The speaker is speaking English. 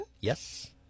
Yes